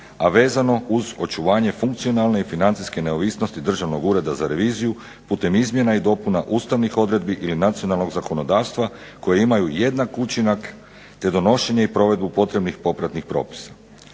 a vezano uz očuvanje funkcionalne i financijske neovisnosti Državnog ureda za reviziju putem izmjena i dopuna ustavnih odredbi ili nacionalnog zakonodavstva koje imaju jednak učinak te donošenje i provedbu potrebnih popratnih propisa.